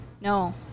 No